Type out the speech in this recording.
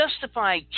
justify